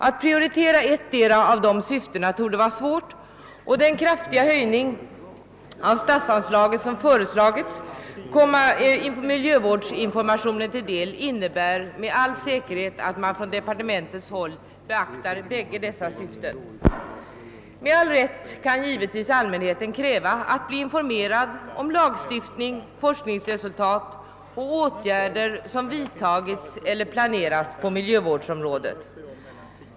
Att prioritera ettdera av dessa syften torde vara svårt, och den kraftiga höjning av statsanslaget som föreslagits komma miljövårdsinformationen till del innebär med all säkerhet, att man från departementshåll beaktar bägge dessa syften. Med all rätt kan allmänheten givetvis kräva att bli informerad om lagstiftning, forskningsresultat och åtgärder som vidtagits eller planeras på miljövårdsområdet.